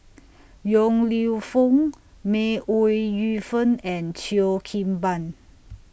Yong Lew Foong May Ooi Yu Fen and Cheo Kim Ban